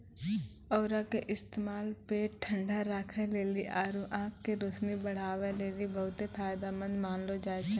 औरा के इस्तेमाल पेट ठंडा राखै लेली आरु आंख के रोशनी बढ़ाबै लेली बहुते फायदामंद मानलो जाय छै